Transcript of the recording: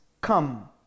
come